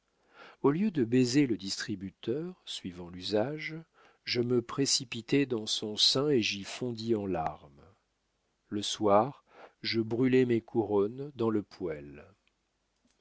au lieu de baiser le distributeur suivant l'usage je me précipitai dans son sein et j'y fondis en larmes le soir je brûlai mes couronnes dans le poêle